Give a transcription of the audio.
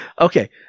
Okay